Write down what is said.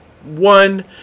one